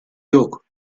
yok